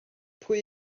pwy